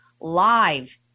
live